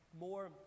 more